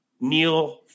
Neil